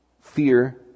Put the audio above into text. fear